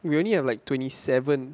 we only have like twenty seven